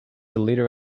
leader